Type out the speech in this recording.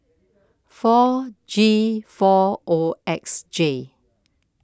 four G four O X J